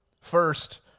First